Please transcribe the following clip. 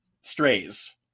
Strays